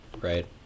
Right